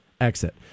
exit